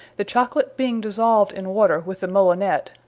the chocolate being dissolved in water with the molinet,